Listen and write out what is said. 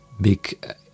big